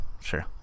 sure